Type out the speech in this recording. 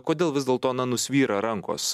kodėl vis dėlto na nusvyra rankos